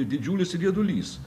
didžiulis riedulys